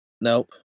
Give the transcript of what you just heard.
Nope